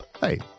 Hey